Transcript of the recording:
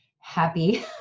happy